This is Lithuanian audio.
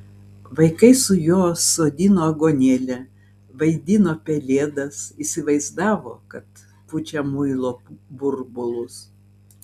vaikai su juo sodino aguonėlę vaidino pelėdas įsivaizdavo kad pučia muilo burbulus